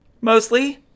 Mostly